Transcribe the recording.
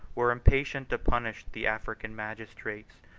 were impatient to punish the african magistrates,